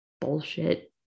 bullshit